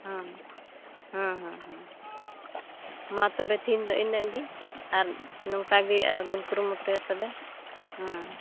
ᱦᱮᱸ ᱦᱮᱸ ᱦᱮᱸ ᱦᱮᱸ ᱢᱟ ᱛᱚᱵᱮ ᱛᱮᱦᱮᱧ ᱫᱚ ᱤᱱᱟᱹᱜ ᱜᱮ ᱟᱨ ᱱᱚᱝᱠᱟᱜᱮ ᱟᱨᱦᱚᱸ ᱵᱚᱱ ᱠᱩᱨᱩᱢᱩᱴᱩᱭᱟ ᱛᱚᱵᱮ ᱦᱮᱸ